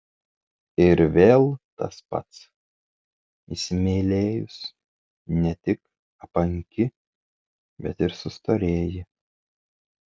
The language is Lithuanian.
ir vėl tas pats įsimylėjus ne tik apanki bet ir sustorėji